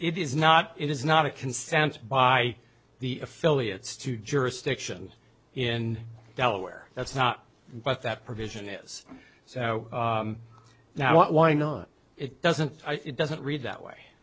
it is not it is not a consensus by the affiliates to jurisdiction in delaware that's not what that provision is so now i want why not it doesn't it doesn't read that